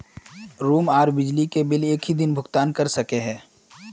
Room आर बिजली के बिल एक हि दिन भुगतान कर सके है?